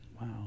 Wow